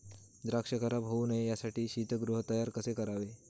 द्राक्ष खराब होऊ नये यासाठी शीतगृह तयार कसे करावे?